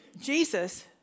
Jesus